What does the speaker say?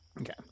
Okay